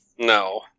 No